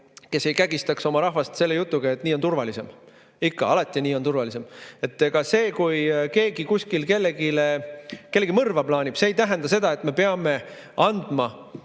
kes ei kägistaks oma rahvast selle jutuga, et nii on turvalisem. Ikka, alati, nii on turvalisem! Ega see, kui keegi kuskil kellegi mõrva plaanib, ei tähenda seda, et me peame andma